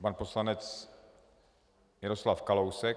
Pan poslanec Miroslav Kalousek.